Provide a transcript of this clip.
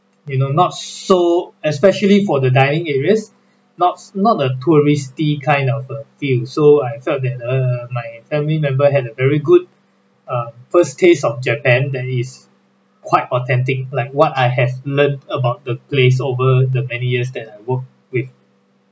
you know not so especially for the dining areas not s~ not the touristy kind of a feel so I felt that err my family member had a very good um first tastes of japan that is quite authentic like what I have learned about the glaze over the many years that I work with